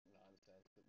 nonsense